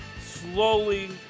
slowly